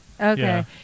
Okay